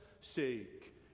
sake